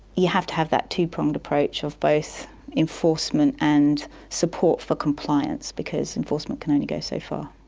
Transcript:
you have to have that two-pronged approach of both enforcement and support for compliance because enforcement can only go so far.